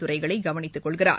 துறைகளை கவனித்துக் கொள்கிறார்